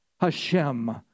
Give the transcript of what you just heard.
Hashem